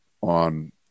on